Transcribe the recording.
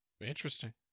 Interesting